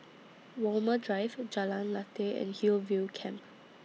Walmer Drive Jalan Lateh and Hillview Camp